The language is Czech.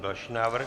Další návrh.